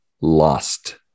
Lost